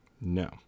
No